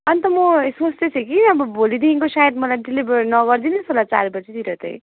अनि त म सोच्दै थिएँ कि अब भोलिदेखिन्को सायद मलाई डेलिभर नगरिदिनुहोस् होला चार बजेतिर चाहिँ